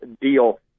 deal